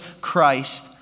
Christ